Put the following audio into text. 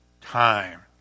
time